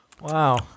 Wow